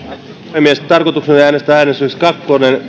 puhemies tarkoitus oli äänestää äänestyksessä